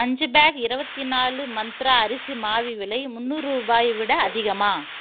அஞ்சு பேக் இருபத்தி நாலு மந்த்ரா அரிசி மாவு விலை முந்நூறு ரூபாயை விட அதிகமா